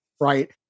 right